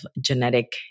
genetic